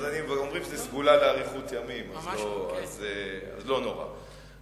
אומרים שזו סגולה לאריכות ימים, אז לא נורא.